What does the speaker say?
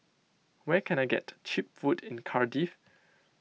where can I get Cheap Food in Cardiff